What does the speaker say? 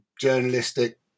journalistic